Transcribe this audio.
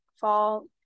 fall